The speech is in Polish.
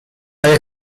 ale